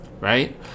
Right